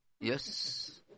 Yes